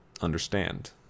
understand